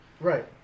Right